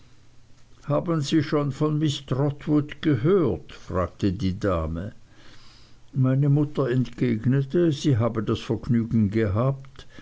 haben sie schon von miß trotwood gehört fragte die dame meine mutter entgegnete sie habe das vergnügen gehabt